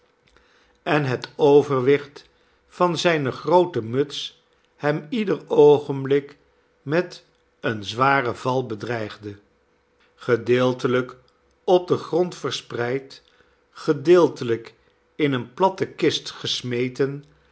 en het overwicht van zijne groote muts hem ieder oogenblik met een zwaren val bedreigde gedeeltelijk op den grond verspreid gedeeltelijk in eene platte kist gesmeten